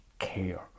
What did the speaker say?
Care